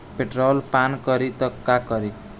Petrol पान करी त का करी?